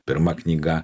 pirma knyga